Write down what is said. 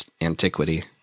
antiquity